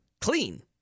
clean